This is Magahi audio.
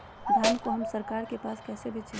धान को हम सरकार के पास कैसे बेंचे?